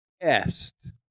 Est